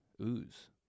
Ooze